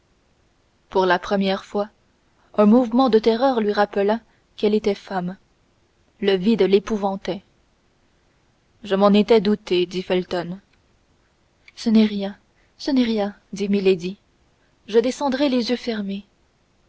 pour la première fois un mouvement de terreur lui rappela qu'elle était femme le vide l'épouvantait je m'en étais douté dit felton ce n'est rien ce n'est rien dit milady je descendrai les yeux fermés